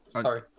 sorry